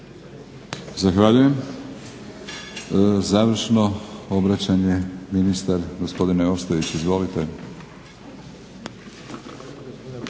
Zahvaljujem. Završno obraćanje, ministar. Gospodine Ostojić izvolite.